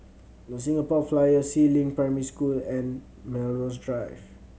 The Singapore Flyer Si Ling Primary School and Melrose Drive